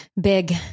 Big